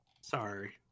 Sorry